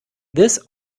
this